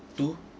two